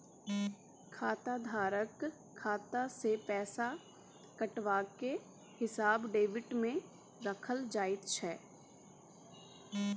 खाताधारकक खाता सँ पैसा कटबाक हिसाब डेबिटमे राखल जाइत छै